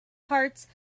parts